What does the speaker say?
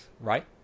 right